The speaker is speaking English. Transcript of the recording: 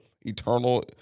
eternal